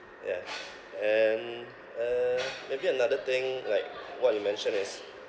yeah and uh maybe another thing like what you mentioned is